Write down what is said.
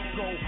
go